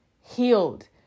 healed